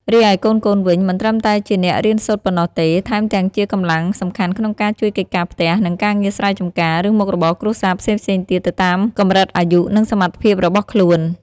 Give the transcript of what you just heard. រីឯកូនៗវិញ មិនត្រឹមតែជាអ្នករៀនសូត្រប៉ុណ្ណោះទេ ថែមទាំងជាកម្លាំងសំខាន់ក្នុងការជួយកិច្ចការផ្ទះ និងការងារស្រែចម្ការ ឬមុខរបរគ្រួសារផ្សេងៗទៀតទៅតាមកម្រិតអាយុ និងសមត្ថភាពរបស់ខ្លួន។